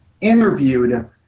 interviewed